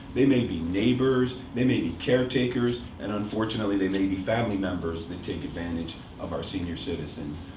they may be neighbors. they may be caretakers. and unfortunately, they may be family members that take advantage of our senior citizens.